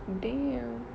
damn